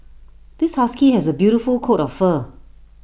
this husky has A beautiful coat of fur